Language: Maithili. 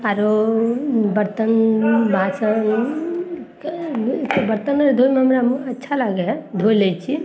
आरो बर्तन बासन बर्तन धोयमे हमरा अच्छा लागै हइ धोय लै छी